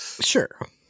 Sure